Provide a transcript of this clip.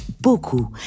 beaucoup